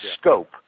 scope